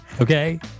okay